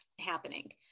happening